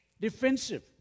defensive